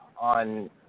on